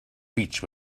beach